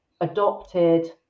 adopted